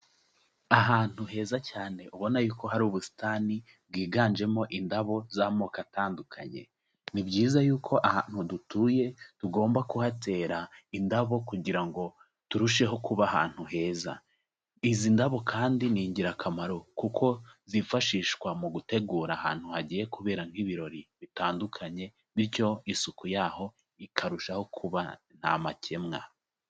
Ahantu heza cyane ubona yuko hari ubusitani bwiganjemo indabo z'amoko atandukanye, ni byiza yuko ahantu dutuye tugomba kuhatera indabo kugira ngo turusheho kuba ahantu heza, izi ndabo kandi ni ingirakamaro kuko zifashishwa mu gutegura ahantu hagiye kubera nk'ibirori bitandukanye, bityo isuku yaho ikarushaho kuba nta makemwa.